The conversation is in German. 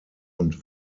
und